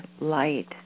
light